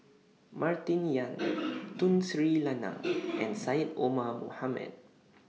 Martin Yan Tun Sri Lanang and Syed Omar Mohamed